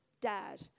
Dad